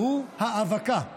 והוא האבקה.